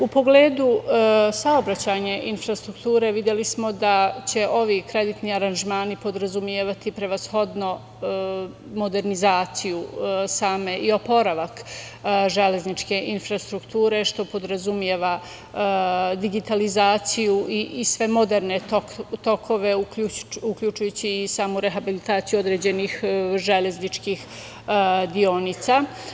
U pogledu saobraćajne infrastrukture videli smo da će ovi kreditni aranžmani podrazumevati prevashodno modernizaciju i oporavak železničke infrastrukture, što podrazumeva digitalizaciju i sve moderne tokove, uključujući i samu rehabilitaciju određenih železničkih deonica.